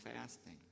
fasting